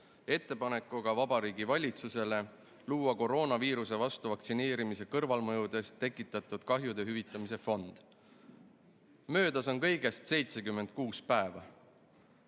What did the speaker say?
Tegime Vabariigi Valitsusele ettepaneku luua koroonaviiruse vastu vaktsineerimise kõrvalmõjudest tekitatud kahjude hüvitamise fond. Möödas on kõigest 76 päeva